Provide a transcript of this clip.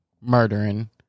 murdering